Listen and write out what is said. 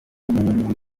w’umuhungu